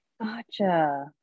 Gotcha